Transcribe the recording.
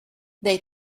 they